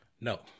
No